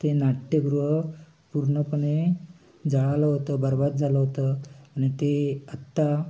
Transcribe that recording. ते नाट्यगृह पूर्णपणे जळालं होतं बरबाद झालं होतं आणि ते आत्ता